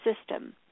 system